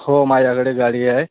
हो माझ्याकडे गाडी आहे